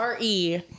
RE